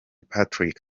patrick